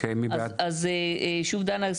אז דנה,